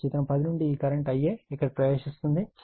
కాబట్టి చిత్రం10 నుండి ఈ కరెంట్ Ia ఇక్కడ ప్రవేశిస్తోంది